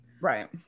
Right